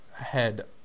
ahead